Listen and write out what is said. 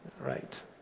Right